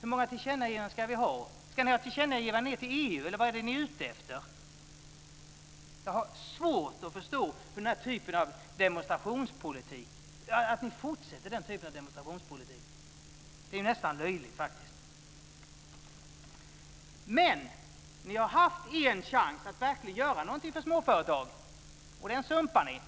Hur många tillkännagivande ska ni ha? Ska ni ha tillkännagivanden ned till EU, eller vad är ni ute efter? Jag har svårt att förstå att ni fortsätter den här typen av demonstrationspolitik. Det är ju nästan löjligt. Men ni har haft en chans att verkligen göra något för småföretagen, och den sumpade ni.